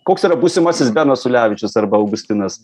koks yra būsimasis benas ulevičius arba augustinas